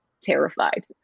terrified